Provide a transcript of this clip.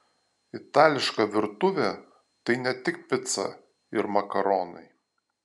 itališka virtuvė tai ne tik pica ir makaronai